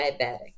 diabetic